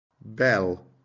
Bell